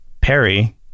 Perry